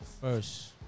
first